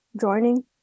joining